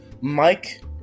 Mike